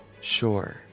Sure